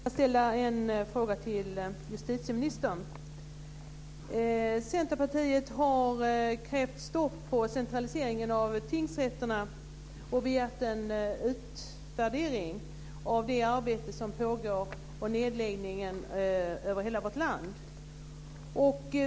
Fru talman! Jag vill ställa en fråga till justitieministern. Centerpartiet har krävt stopp på centraliseringen av tingsrätterna och begärt en utvärdering av det arbete med nedläggningar som pågår över hela landet.